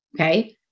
Okay